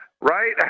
right